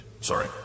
Sorry